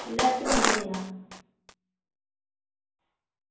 lux company दा